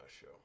show